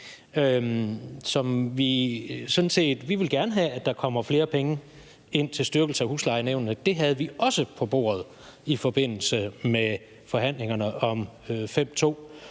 Vi vil gerne have, at der kommer flere penge ind til styrkelse af huslejenævnene. Det havde vi også på bordet i forbindelse med forhandlingerne om §